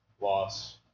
Loss